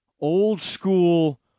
old-school